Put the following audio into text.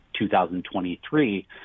2023